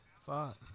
Fuck